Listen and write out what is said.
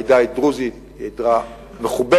העדה הדרוזית היא עדה מכובדת,